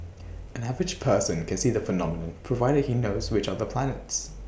an average person can see the phenomenon provided he knows which are the planets